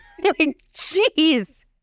Jeez